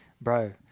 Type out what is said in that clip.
bro